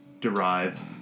derive